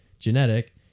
genetic